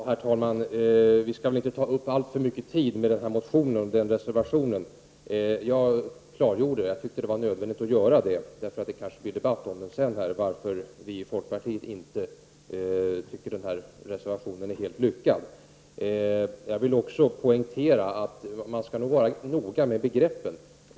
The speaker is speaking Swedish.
Herr talman! Vi skall inte ta upp alltför mycket tid med denna motion och reservation. Jag tyckte att det var nödvändigt att klargöra — i fall det blir debatt om denna reservation senare — varför vi i folkpartiet inte tycker att reservationen är helt lyckad. Jag vill också poängtera att man skall vara noga med begreppen.